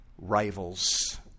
rivals